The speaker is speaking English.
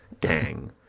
gang